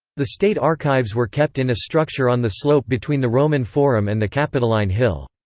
the state archives were kept in a structure on the slope between the roman forum and the capitoline hill.